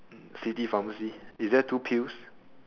city pharmacy it's just two pills